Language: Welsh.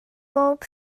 bob